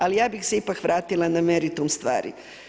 Ali ja bih se ipak vratila na meritum stvari.